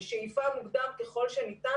בשאיפה מוקדם ככל שניתן,